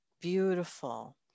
beautiful